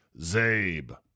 Zabe